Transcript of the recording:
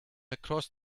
across